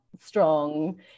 strong